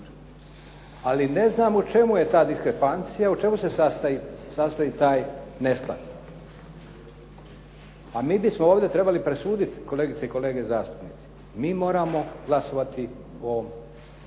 Ali ne znam u čemu je ta diskrepancija, u čemu se sastoji taj nesklad. A mi bismo tome trebali presuditi kolegice i kolege zastupnici, mi moramo glasovati o